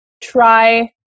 try